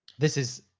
this is,